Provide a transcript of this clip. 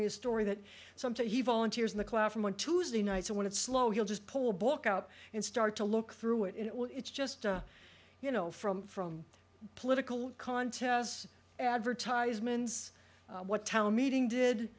me a story that something he volunteers in the classroom on tuesday night so when it's slow he'll just pull a book out and start to look through it and it will it's just you know from from political contests advertisements what town meeting